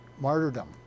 martyrdom